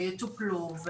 וטופלו,